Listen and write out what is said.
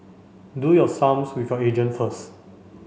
do your sums with your agent first